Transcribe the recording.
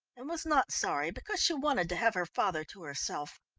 and was not sorry, because she wanted to have her father to herself.